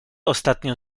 ostatnio